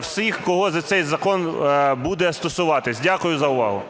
всіх, кого цей закон буде стосуватись. Дякую за увагу.